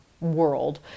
world